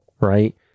right